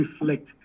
reflect